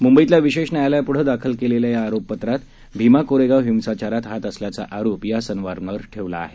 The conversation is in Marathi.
मुंबईतल्या विशेष न्यायालयापुढं दाखल केलेल्या या आरोप पत्रात भिमा कोरेगाव हिंसाचारात हात असल्याचा आरोप या सर्वांवर ठेवला आहे